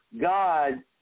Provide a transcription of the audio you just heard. God